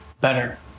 better